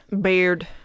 Beard